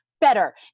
better